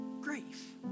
grief